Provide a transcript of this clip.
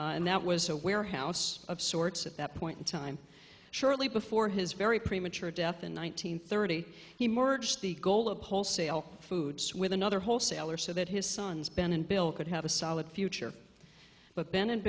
and that was a warehouse of sorts at that point in time shortly before his very premature death in one nine hundred thirty emerged the goal of wholesale foods with another wholesaler so that his sons ben and bill could have a solid future but ben